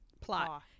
Plot